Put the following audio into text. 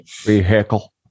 vehicle